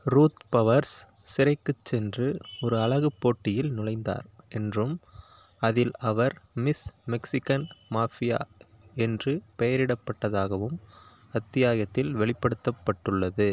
Ruth Powers சிறைக்குச் சென்று ஒரு அழகுப் போட்டியில் நுழைந்தார் என்றும் அதில் அவர் மிஸ் மெக்சிகன் மாஃபியா என்று பெயரிடப்பட்டதாகவும் அத்தியாயத்தில் வெளிப்படுத்தப்பட்டுள்ளது